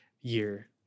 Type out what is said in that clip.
year